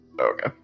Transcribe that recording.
Okay